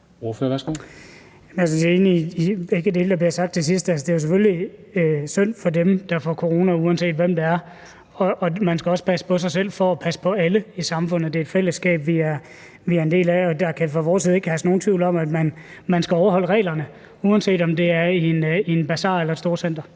sidst. Det er selvfølgelig synd for dem, der får corona, uanset hvem det er, og man skal også passe på sig selv for at passe på alle i samfundet. Det er et fællesskab, vi er en del af, og der kan for vores vedkommende ikke herske nogen tvivl om, at man skal overholde reglerne, uanset om det er i en basar eller i et storcenter.